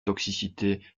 toxicité